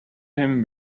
him